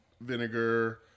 vinegar